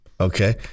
Okay